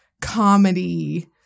comedy